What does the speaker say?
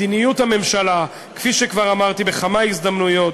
מדיניות הממשלה, כפי שכבר אמרתי בכמה הזדמנויות,